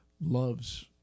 loves